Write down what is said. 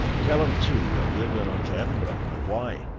tell him, too, that we're going on to edinburgh, and why,